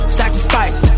sacrifice